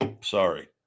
sorry